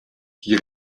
die